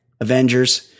Avengers